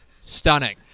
stunning